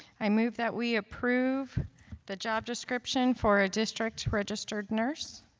i move that we approve the job description for a district registered nurse.